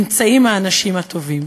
נמצאים האנשים הטובים.